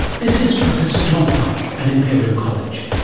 this is professor tom pike at imperial college.